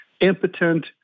impotent